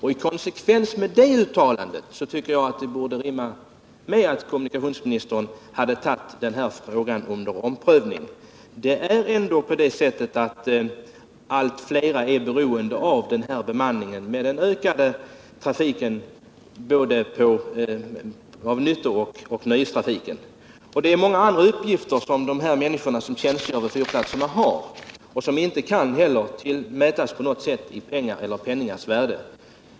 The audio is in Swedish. I konsekvens med det uttalandet tycker jag kommunikationsministern borde ha tagit den här frågan under omprövning. Med den ökade trafiken — både av nyttooch av nöjeskaraktär — blir allt flera beroende av bemanningen. Det är många andra uppgifter som de människor som tjänstgör vid fyrplatserna har och som inte heller kan mätas i pengar eller pengars värde.